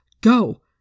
Go